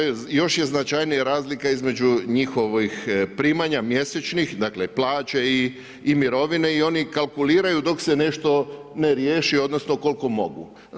Još je značajnija razlika između njihovih primanja mjesečnih dakle plaće i mirovine i oni kalkuliraju dok se nešto ne riješi odnosno koliko mogu.